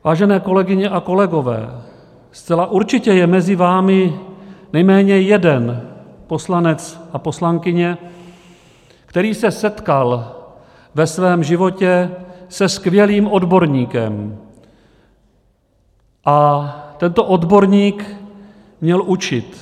Vážené kolegyně a kolegové, zcela určitě je mezi vámi nejméně jeden poslanec a poslankyně, který se setkal ve svém životě se skvělým odborníkem a tento odborník měl učit.